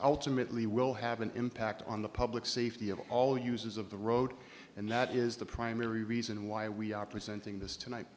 ultimately will have an impact on the public safety of all users of the road and that is the primary reason why we are presenting this tonight